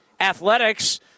Athletics